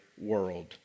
world